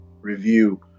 review